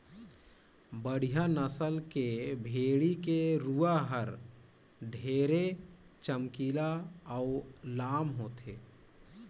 बड़िहा नसल के भेड़ी के रूवा हर ढेरे चमकीला अउ लाम होथे